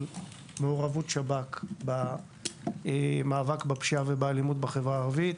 מעורבות שב"כ במאבק בפשיעה ובאלימות בחברה הערבית.